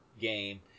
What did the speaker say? game